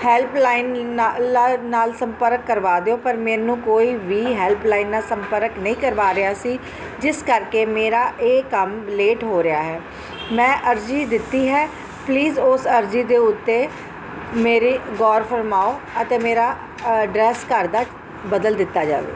helpline ਨਾਲ ਸੰਪਰਕ ਕਰਵਾ ਦਿਓ ਪਰ ਮੈਨੂੰ ਕੋਈ ਵੀ ਹੈਲਪਲਾਈਨ ਨਾਲ ਸੰਪਰਕ ਨਹੀਂ ਕਰਵਾ ਰਿਹਾ ਸੀ ਜਿਸ ਕਰਕੇ ਮੇਰਾ ਇਹ ਕੰਮ ਲੇਟ ਹੋ ਰਿਹਾ ਹੈ ਮੈਂ ਅਰਜ਼ੀ ਦਿੱਤੀ ਹੈ ਪਲੀਜ਼ ਉਸ ਅਰਜ਼ੀ ਦੇ ਉੱਤੇ ਮੇਰੇ ਗੌਰ ਫਰਮਾਓ ਅਤੇ ਮੇਰਾ ਅਡਰੈਸ ਘਰ ਦਾ ਬਦਲ ਦਿੱਤਾ ਜਾਵੇ